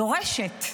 דורשת,